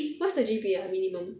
what's the G_P_A ah minimum